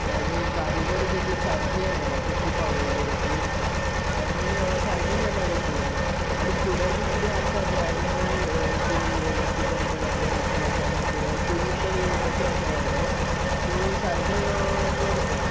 आनी कारिगिरी ताजेर सारकी आसली म्हाका खूब आवडली रे ती आनी सारकें केला रे तुवें आनी फुडें बी कितें आसा नी आनिकूय कितें कितें लायक तूं करतलो नी नेकलेस आनी कितें तुजेच कडेन येवपाची आसा ऑर्डर सो सारकें कर तें